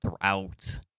throughout